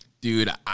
Dude